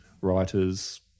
writers